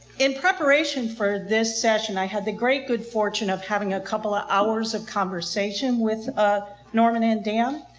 in preparation for this session, i had the great good fortune of having a couple of hours of conversation with ah norman and dan.